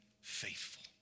faithful